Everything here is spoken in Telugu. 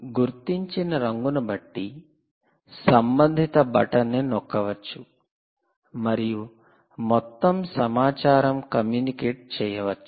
గుర్తించిన రంగును బట్టి సంబంధిత బటన్ను నొక్కవచ్చు మరియు మొత్తం సమాచారం కమ్యూనికేట్ చేయవచ్చు